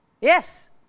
Yes